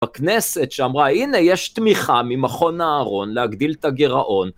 הכנסת שאמרה הנה יש תמיכה ממכון הארון להגדיל את הגרעון.